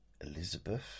Elizabeth